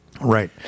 right